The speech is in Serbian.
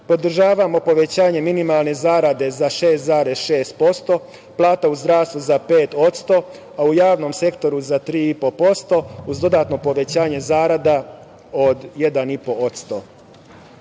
Podržavamo povećanje minimalne zarade za 6,6%, plata u zdravstvu za 5%, a u javnom sektoru za 3,5%, uz dodatno povećanje zarada od 1,5%.U